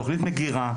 תוכנית מגירה,